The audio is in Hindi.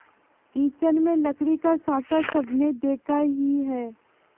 किचन में लकड़ी का साँचा सबने देखा ही है